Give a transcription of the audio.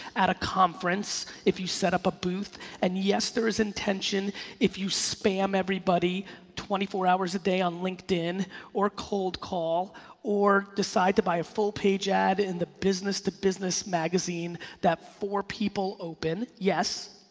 at a conference, if you set up a booth. and yes there is attention if you spam everybody twenty four hours a day on linkedin or cold call or decide to buy a full page ad in the business to business magazine that four people open, yes,